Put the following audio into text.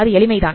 அது எளிமை தான்